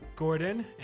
Gordon